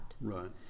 Right